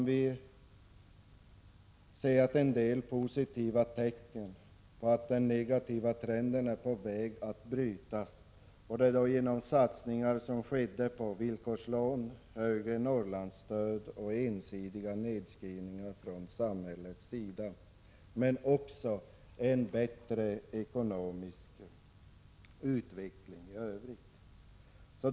Nu finns en del positiva tecken på att den negativa trenden är på väg att brytas genom satsningar på villkorslån, högre Norrlandsstöd och ensidiga nedskrivningar från samhällets sida men också genom en bättre ekonomisk utveckling i övrigt.